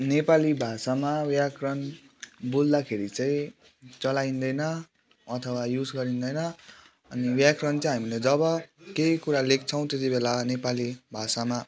नेपाली भाषामा व्याकरण बोल्दाखेरि चाहिँ चलाइदेन अथवा युज गरिँदैन अनि व्याकरण चाहिँ हामीले जब केही कुरा लेख्छौँ त्यतिबेला नेपाली भाषामा